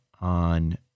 on